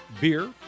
beer